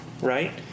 right